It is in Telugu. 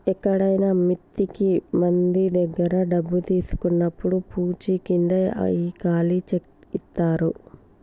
ఎక్కడైనా మిత్తికి మంది దగ్గర డబ్బు తీసుకున్నప్పుడు పూచీకింద ఈ ఖాళీ చెక్ ఇత్తారు